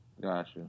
Gotcha